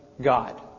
God